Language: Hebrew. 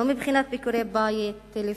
לא מבחינת ביקורי בית, טלפון,